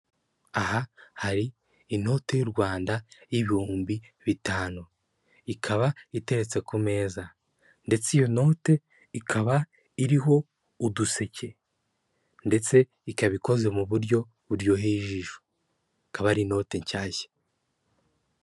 Aha hari inote y'u Rwanda y'ibihumbi bitanu ikaba iteretse ku meza ndetse iyo note ikaba iriho uduseke ndetse ikaba ikoze mu buryo buryoheye ijisho ikaba ari inote nshyashya.